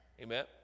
Amen